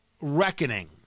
reckoning